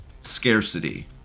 scarcity